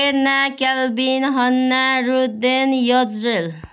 प्रेरणा Calvin Hannah रुदेन Jezreel